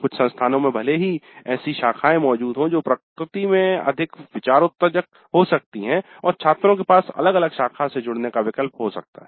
कुछ संस्थानों में भले ही ऐसी शाखाए मौजूद हों जो प्रकृति में अधिक विचारोत्तेजक हो सकती हैं और छात्रों के पास अलग अलग शाखा से जुड़ने का विकल्प हो सकता है